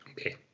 Okay